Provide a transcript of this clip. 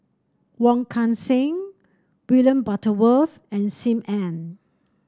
Wong Kan Seng William Butterworth and Sim Ann